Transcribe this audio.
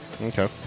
Okay